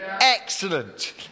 excellent